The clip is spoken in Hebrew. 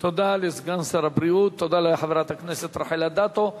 תודה לסגן שר הבריאות, תודה לחברת הכנסת רחל אדטו.